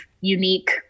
unique